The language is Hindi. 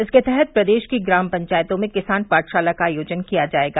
इसके तहत प्रदेश के ग्राम पंचायतों में किसान पाठशाला का आयोजन किया जायेगा